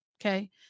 okay